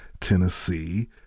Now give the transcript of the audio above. Tennessee